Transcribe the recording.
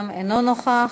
גם אינו נוכח,